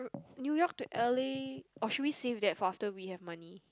New York to L_A or should we save that for after we have money